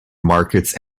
markets